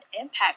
impact